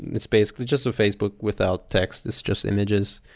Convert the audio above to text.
it's basically just a facebook without text. it's just images.